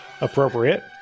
Appropriate